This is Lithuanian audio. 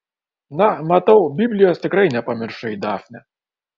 na matau biblijos tikrai nepamiršai dafne